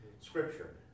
Scripture